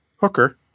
Hooker